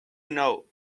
know